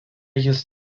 jis